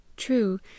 true